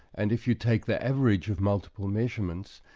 and if you take the average of multiple measurements,